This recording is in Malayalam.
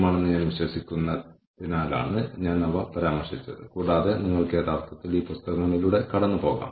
ആളുകളെ റിക്രൂട്ട് ചെയ്യുന്നതിന് എടുക്കുന്ന സമയം പങ്കാളിത്ത നിരക്ക് പ്രമോഷൻ നിരക്കുകൾ മുതലായവയാണ് പ്രക്രിയ നടപടികൾ